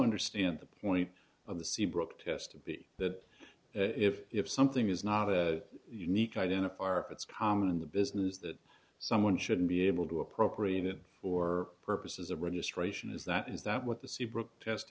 understand the point of the seabrooke test to be that if if something is not a unique identifier if it's common in the business that someone should be able to appropriate it or purposes of registration is that is that what the seabrooke test